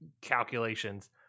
calculations